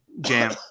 jam